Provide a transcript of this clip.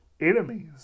enemies